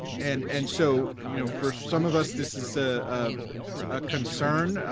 and and so you know for some of us this is a ah a concern, ah